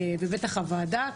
ובטח הוועדה,